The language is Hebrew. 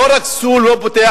לא רק שהוא לא פותח,